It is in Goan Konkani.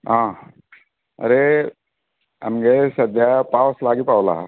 आं आरे आमगेर सद्या पावस लागीं पावलां